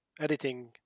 editing